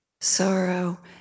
sorrow